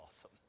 awesome